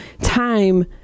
time